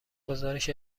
گزارش